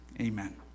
Amen